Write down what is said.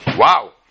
Wow